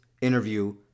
interview